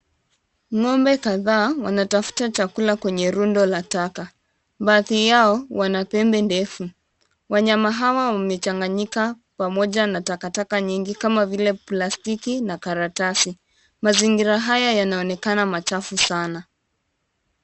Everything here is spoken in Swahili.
Ng'ombe kadhaa wanatafuta chakula kwenye rundo la taka. Baadhi yao wana pembe ndefu. Wanyama hawa wamechanganyika pamoja na takataka nyingi kama vile plastiki na karatasi. Mazingira haya yanaonekana machafu sana.